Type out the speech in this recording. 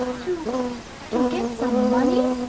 to to get some money?